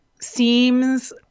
seems